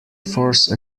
force